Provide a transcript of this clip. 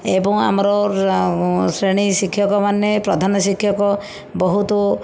ଏବଂ ଆମର ଶ୍ରେଣୀ ଶିକ୍ଷକମାନେ ପ୍ରଧାନ ଶିକ୍ଷକ ବହୁତ